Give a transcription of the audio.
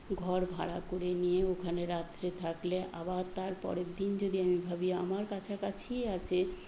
ঘর ভাড়া করে নিয়ে ওখানে রাত্রে থাকলে আবার তার পরের দিন যদি আমি ভাবি আমার কাছাকাছি আছে